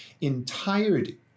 entirety